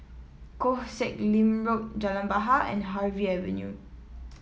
Koh Sek Lim Road Jalan Bahar and Harvey Avenue